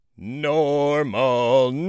normal